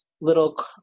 little